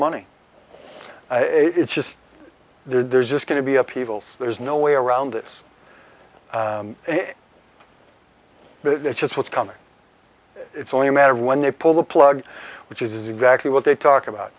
money it's just there's just going to be upheavals there's no way around this but it is just what's coming it's only a matter of when they pull the plug which is exactly what they talk about